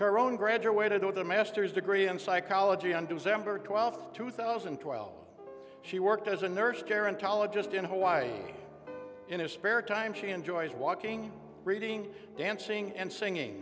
her own graduated with a master's degree in psychology on december twelfth two thousand and twelve she worked as a nurse gerontologist in hawaii in his spare time she enjoys walking reading dancing and singing